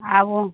आबू